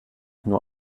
nur